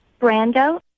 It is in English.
Brando